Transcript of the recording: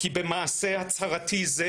כי במעשה הצהרתי זה,